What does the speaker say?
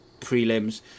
prelims